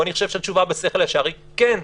ואני חושב שהתשובה בשכל הישר היא כן.